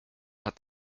hat